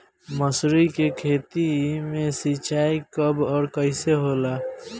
मसुरी के खेती में सिंचाई कब और कैसे होला?